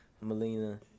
Melina